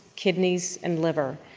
kidneys, and liver.